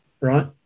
right